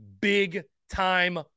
big-time